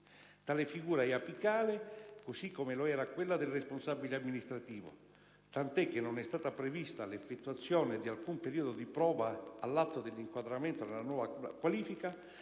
Tale figura è apicale, così come lo era quella del responsabile amministrativo, tanto è vero che non è stata prevista l'effettuazione di alcun periodo di prova all'atto dell'inquadramento nella nuova qualifica,